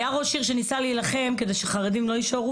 היה ראש עיר שניסה להילחם כדי שחרדים לא יישארו